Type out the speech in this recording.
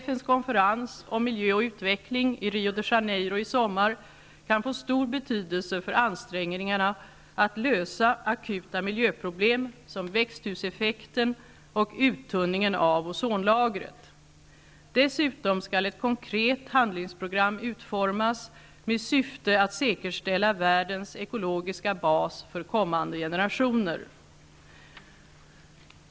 FN:s konferens om miljö och utveckling i Rio de Janeiro i sommar kan få stor betydelse för ansträngningarna att lösa akuta miljöproblem som växthuseffekten och uttunningen av ozonlagret. Dessutom skall ett konkret handlingsprogram utformas med syfte att säkerställa världens ekologiska bas för kommande generationer.